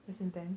yeah